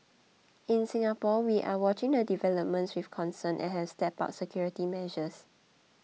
in Singapore we are watching the developments with concern and have stepped bulb security measures